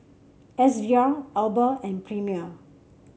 S V R Alba and Premier